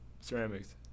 ceramics